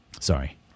Sorry